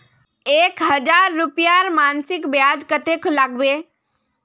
एक हजार रूपयार मासिक ब्याज कतेक लागबे?